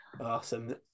awesome